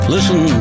Listen